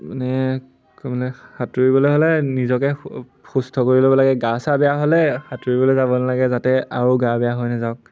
মানে মানে সাঁতুৰিবলৈ হ'লে নিজকে সুস্থ কৰি ল'ব লাগে গা চা বেয়া হ'লে সাঁতুৰিবলৈ যাব নালাগে যাতে আৰু গা বেয়া হৈ নাযাওক